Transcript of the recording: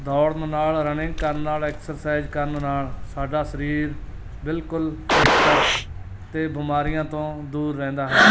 ਦੌੜਨ ਨਾਲ ਰਨਿੰਗ ਕਰਨ ਨਾਲ ਐਕਸਰਸਾਈਜ਼ ਕਰਨ ਨਾਲ ਸਾਡਾ ਸਰੀਰ ਬਿਲਕੁਲ ਫਿੱਟ ਅਤੇ ਬਿਮਾਰੀਆਂ ਤੋਂ ਦੂਰ ਰਹਿੰਦਾ ਹੈ